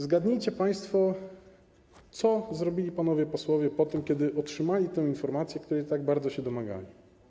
Zgadnijcie państwo, co zrobili panowie posłowie po tym, kiedy otrzymali tę informację, której tak bardzo się domagali.